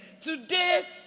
today